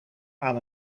aan